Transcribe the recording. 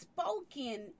spoken